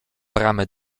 bramy